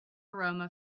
aroma